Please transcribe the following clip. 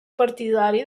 partidari